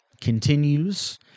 continues